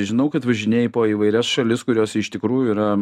žinau kad važinėji po įvairias šalis kurios iš tikrųjų yra